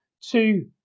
two